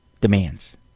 demands